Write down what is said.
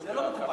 זה לא מקובל.